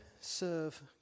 serve